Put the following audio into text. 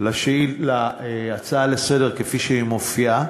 על ההצעה לסדר-היום כפי שהיא מופיעה,